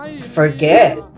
forget